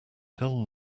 tell